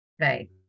Right